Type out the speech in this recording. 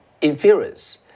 inference